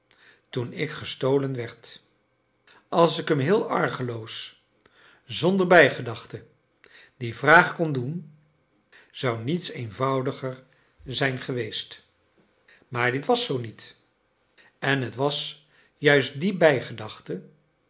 toen ik gestolen werd als ik hem heel argeloos zonder bijgedachte die vraag kon doen zou niets eenvoudiger zijn geweest maar dit was zoo niet en het was juist die bijgedachte